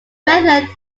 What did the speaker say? method